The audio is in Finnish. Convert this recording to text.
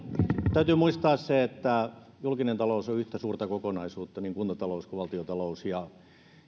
täytyy muistaa että julkinen talous on yhtä suurta kokonaisuutta niin kuntatalous kuin valtiontalous ja